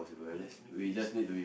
let's make peace friend